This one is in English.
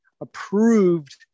approved